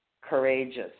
courageous